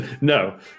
no